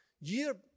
Year